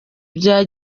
bya